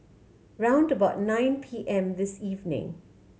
round about nine P M this evening